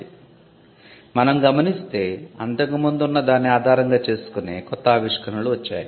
" మనం గమనిస్తే అంతకు ముందు ఉన్నదాన్ని ఆధారంగా చేసుకునే కొత్త ఆవిష్కరణలు వచ్చాయి